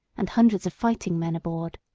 and hundreds of fighting men aboard.